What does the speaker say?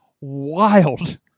wild